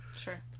Sure